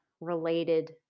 related